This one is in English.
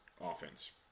offense